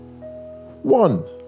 One